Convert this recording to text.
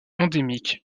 endémique